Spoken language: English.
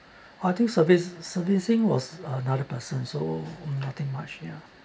I think service servicing was another person so mm nothing much ya